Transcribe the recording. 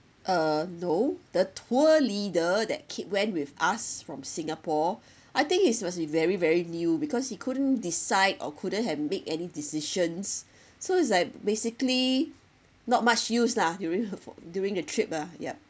uh no the tour leader that keep went with us from singapore I think he must be very very new because he couldn't decide or couldn't have make any decisions so it's like basically not much use lah during during the trip ah yup